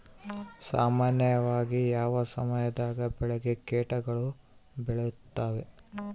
ಸಾಮಾನ್ಯವಾಗಿ ಯಾವ ಸಮಯದಾಗ ಬೆಳೆಗೆ ಕೇಟಗಳು ಬೇಳುತ್ತವೆ?